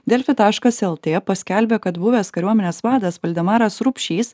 delfi taškas el tė paskelbė kad buvęs kariuomenės vadas valdemaras rupšys